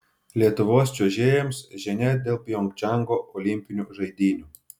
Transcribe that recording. lietuvos čiuožėjams žinia dėl pjongčango olimpinių žaidynių